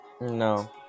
No